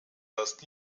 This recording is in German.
das